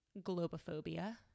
globophobia